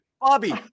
Bobby